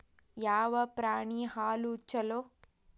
ಯಾವ ಪ್ರಾಣಿ ಹಾಲು ಛಲೋ?